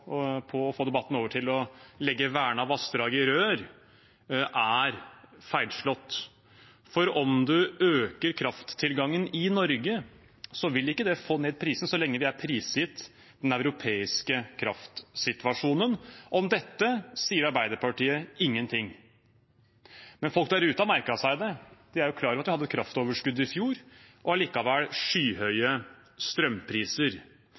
å få debatten over til å legge vernede vassdrag i rør er feilslått. For om man øker krafttilgangen i Norge, vil ikke det få ned prisen, så lenge vi er prisgitt den europeiske kraftsituasjonen. Om dette sier Arbeiderpartiet ingenting. Men folk der ute har merket seg det. De er klar over at vi hadde et kraftoverskudd i fjor og likevel har skyhøye strømpriser.